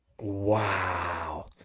Wow